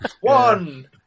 One